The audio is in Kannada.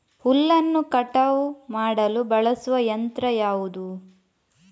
ಹುಲ್ಲನ್ನು ಕಟಾವು ಮಾಡಲು ಬಳಸುವ ಯಂತ್ರ ಯಾವುದು?